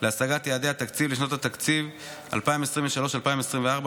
להשגת יעדי התקציב לשנות התקציב 2023 ו-2024),